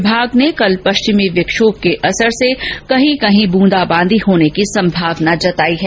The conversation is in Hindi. विभाग ने कल पश्चिमी विक्षोम के असर से कहीं कहीं ब्रंदा बांदी होने की संभावना जताई है